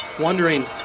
wondering